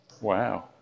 Wow